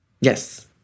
Yes